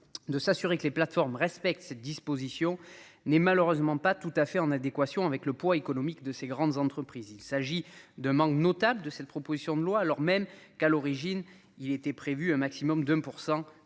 de s'assurer que les plateformes respectent cette disposition n'est malheureusement pas tout à fait en adéquation avec le poids économique de ces grandes entreprises, il s'agit d'un manque notable de cette proposition de loi alors même qu'à l'origine, il était prévu un maximum d'un pour 100